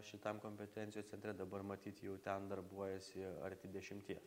šitam kompetencijo centre dabar matyt jau ten darbuojasi arti dešimties